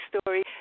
story